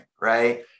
Right